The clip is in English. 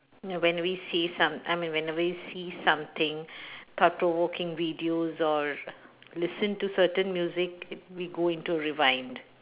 no when we see some I mean when we see something thought provoking videos or listen to certain music we go into rewind